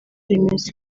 remezo